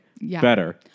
better